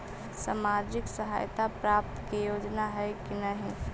सामाजिक सहायता प्राप्त के योग्य हई कि नहीं?